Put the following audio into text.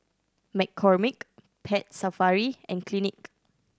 McCormick Pet Safari and Clinique